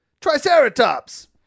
Triceratops